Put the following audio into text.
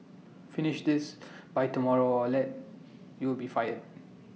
finish this by tomorrow or else you will be fired